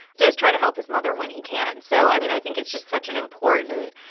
does try to help his mother when he can. so, i mean, i think it's just such an important